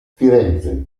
firenze